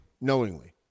knowingly